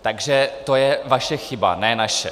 Takže to je vaše chyba, ne naše.